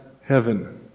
heaven